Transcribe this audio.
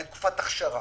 אין תקופת הכשרה,